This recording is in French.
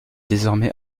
désormais